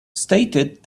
stated